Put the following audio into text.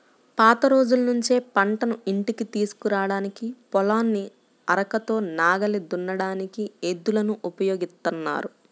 పాత రోజుల్నుంచే పంటను ఇంటికి తీసుకురాడానికి, పొలాన్ని అరకతో నాగలి దున్నడానికి ఎద్దులను ఉపయోగిత్తన్నారు